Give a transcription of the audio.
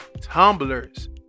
tumblers